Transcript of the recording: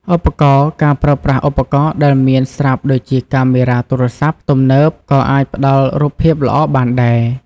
ឧបករណ៍ ការប្រើប្រាស់ឧបករណ៍ដែលមានស្រាប់ដូចជាកាមេរ៉ាទូរស័ព្ទទំនើបក៏អាចផ្តល់រូបភាពល្អបានដែរ។